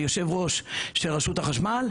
יושב הראש של רשות החשמל,